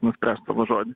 nuspręs savo žodį